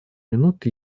минут